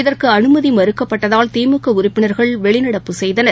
இதற்குஅனுமதிமறுக்கப்பட்டதால் திமுகஉறுப்பினர்கள் வெளிநடப்பு செய்தனர்